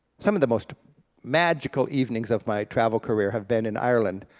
some of the most magical evenings of my travel career have been in ireland,